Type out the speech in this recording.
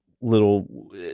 little